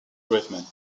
treatment